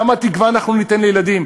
כמה תקווה ניתן לילדים.